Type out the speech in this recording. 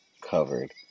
covered